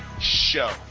show